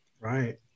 Right